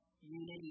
Unity